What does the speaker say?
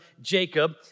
Jacob